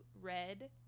red